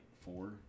four